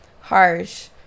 harsh